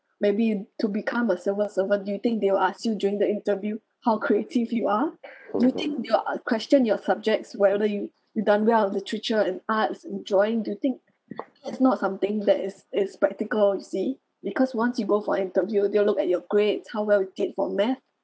maybe you to become a civil servant do you think they will ask you during the interview how creative you are do you think they will ask question your subjects whether you you've done well in literature and arts and join do you think it's not something that is it's practical you see because once you go for interview they'll look at your grades how well you did for math